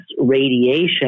radiation